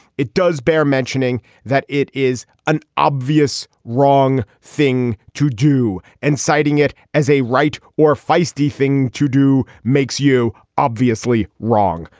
it does bear mentioning that it is an obvious wrong thing to do, and citing it as a right or feisty thing to do makes you obviously wrong.